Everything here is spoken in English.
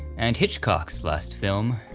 and hitchcock's last film,